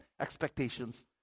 expectations